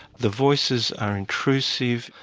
the voices are intrusive,